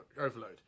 overload